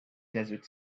desert